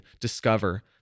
discover